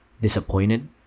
disappointed